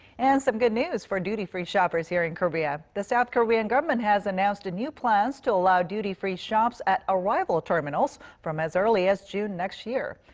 and some good news for duty-free shoppers in and korea. the south korean government has announced new plans to allow duty-free shops at arrival ah terminals from as early as june next year.